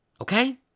Okay